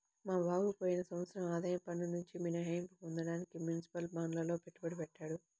మా బావ పోయిన సంవత్సరం ఆదాయ పన్నునుంచి మినహాయింపు పొందడానికి మునిసిపల్ బాండ్లల్లో పెట్టుబడి పెట్టాడు